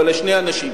אבל לשני אנשים.